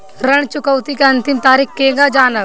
ऋण चुकौती के अंतिम तारीख केगा जानब?